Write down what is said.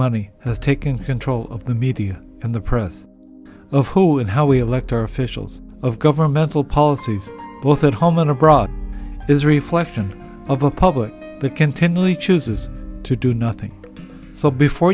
money has taken control of the media and the press of who and how we elect our officials of governmental policies both at home and abroad is a reflection of a public the continually chooses to do nothing so before